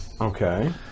okay